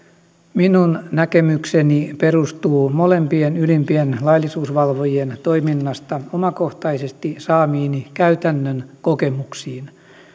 minun näkemykseni perustuu molempien ylimpien laillisuusvalvojien toiminnasta omakohtaisesti saamiini käytännön kokemuksiin